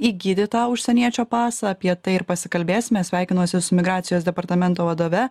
įgyti tą užsieniečio pasą apie tai ir pasikalbėsime sveikinosi su migracijos departamento vadove